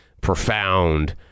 profound